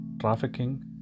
trafficking